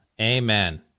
Amen